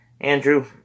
Andrew